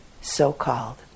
so-called